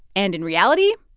and in reality,